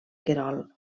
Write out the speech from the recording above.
querol